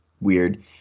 weird